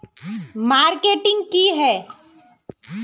Marketing की है?